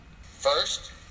First